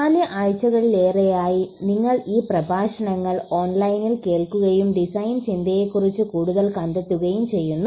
4 ആഴ്ചയിലേറെയായി നിങ്ങൾ ഈ പ്രഭാഷണങ്ങൾ ഓൺലൈനിൽ കേൾക്കുകയും ഡിസൈൻ ചിന്തയെക്കുറിച്ച് കൂടുതൽ കണ്ടെത്തുകയും ചെയ്യുന്നു